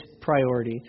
priority